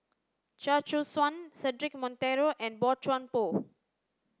Chia Choo Suan Cedric Monteiro and Boey Chuan Poh